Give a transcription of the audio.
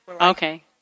Okay